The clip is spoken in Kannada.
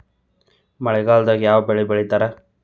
ಮಳೆಗಾಲದಾಗ ಯಾವ ಬೆಳಿ ಬೆಳಿತಾರ?